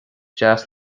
deas